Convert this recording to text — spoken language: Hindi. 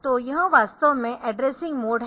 तो यह वास्तव में एड्रेसिंग मोड है